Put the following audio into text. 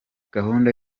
gahunda